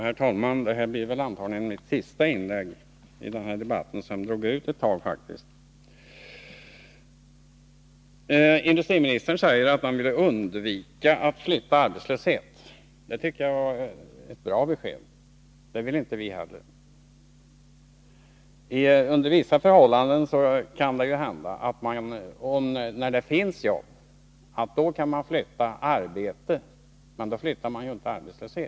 Herr talman! Det här blir antagligen mitt sista inlägg i den här debatten, - Måndagen den som faktiskt har dragit ut på tiden. 2 maj 1983 Industriministern säger att han ville undvika att flytta arbetslöshet. Det = tycker jag var ett bra besked. Det vill också vi undvika. Om den industriel Under vissa förhållanden kan det hända att man, när det finns jobb, kan — Ja verksamheten flytta arbete. Men då flyttar man inte arbetslöshet.